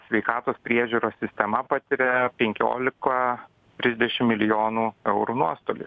sveikatos priežiūros sistema patiria penkiolika trisdešim milijonų eurų nuostolį